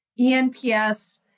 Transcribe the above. ENPS